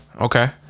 Okay